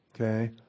okay